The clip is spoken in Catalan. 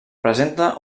presenta